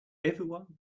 everyone